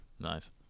Nice